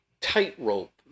tightrope